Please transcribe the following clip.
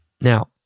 Now